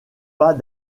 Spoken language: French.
pas